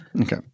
Okay